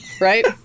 right